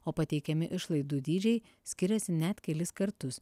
o pateikiami išlaidų dydžiai skiriasi net kelis kartus